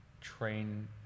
train